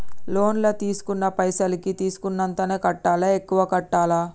Loan లా తీస్కున్న పైసల్ కి తీస్కున్నంతనే కట్టాలా? ఎక్కువ కట్టాలా?